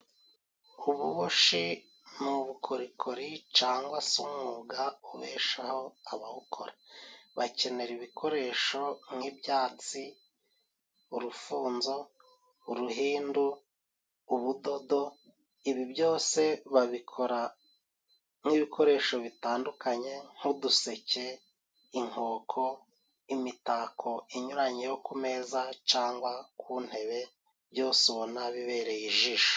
Ububoshi ni ubukorikori cangwa se umwuga ubeshaho abawukora. Bakenera ibikoresho nk'ibyatsi, urufunzo, uruhindu, ubudodo. Ibi byose babikora nk'ibikoresho bitandukanye nk'uduseke, inkoko, imitako inyuranye yo ku meza cangwa ku ntebe byose ubona bibereye ijisho.